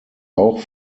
auch